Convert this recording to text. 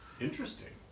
Interesting